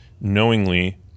knowingly